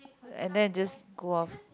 and then just go off